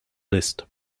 list